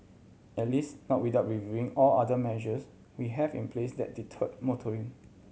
at least not without reviewing all the other measures we have in place that deter motoring